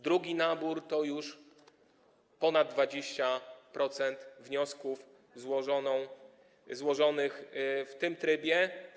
Drugi nabór to już ponad 20% wniosków złożonych w tym trybie.